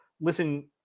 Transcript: Listen